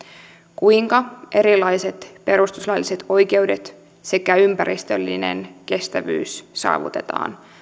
kuinka erilaiset perustuslailliset oikeudet sekä ympäristöllinen kestävyys saavutetaan